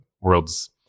world's